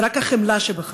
זה רק החמלה שבך,